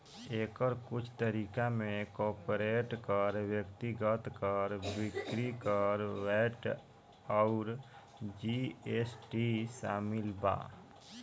एकर कुछ तरीका में कॉर्पोरेट कर, व्यक्तिगत कर, बिक्री कर, वैट अउर जी.एस.टी शामिल बा